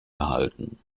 erhalten